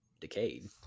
decayed